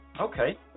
Okay